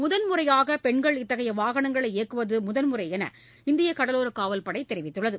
முதல்முறையாக பெண்கள் இத்தகைய வாகனங்களை இயக்குவது முதன்முறையாகும் என்று இந்திய கடலோரக்காவல்படை தெரிவித்துள்ளது